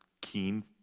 keen